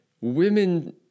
women